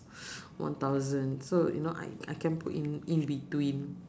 one thousand so you know I I can put in in between